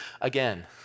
again